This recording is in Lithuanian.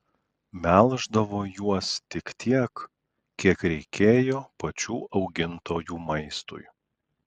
melždavo juos tik tiek kiek reikėjo pačių augintojų maistui